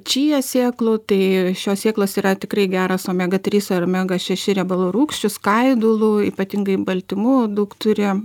čija sėklų tai šios sėklos yra tikrai geras omega trys ar omega šeši riebalų rūgščių skaidulų ypatingai baltymų daug turi